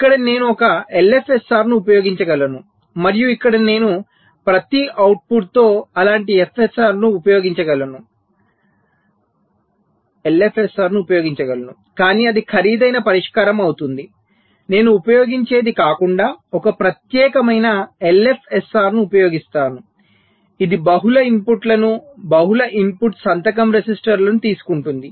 ఇక్కడ నేను ఒక ఎల్ఎఫ్ఎస్ఆర్ను ఉపయోగించగలను మరియు ఇక్కడ నేను ప్రతి అవుట్పుట్తో అలాంటి ఎల్ఎఫ్ఎస్ఆర్ను ఉపయోగించగలను కానీ అది ఖరీదైన పరిష్కారం అవుతుంది నేను ఉపయోగించేది కాకుండా ఒక ప్రత్యేకమైన ఎల్ఎఫ్ఎస్ఆర్ను ఉపయోగిస్తాను ఇది బహుళ ఇన్పుట్లను బహుళ ఇన్పుట్ సంతకం రెసిస్టర్లను తీసుకుంటుంది